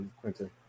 Quentin